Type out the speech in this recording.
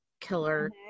killer